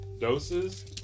doses